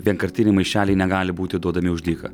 vienkartiniai maišeliai negali būti duodami už dyką